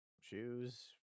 Shoes